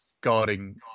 guarding